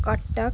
Cuttack